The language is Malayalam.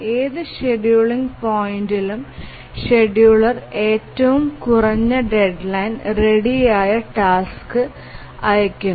ഏത് ഷെഡ്യൂളിംഗ് പോയിന്റിലും ഷെഡ്യൂളർ ഏറ്റവും കുറഞ്ഞ ഡെഡ്ലൈൻ തയാറായ ടാസ്ക് അയയ്ക്കുന്നു